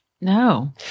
No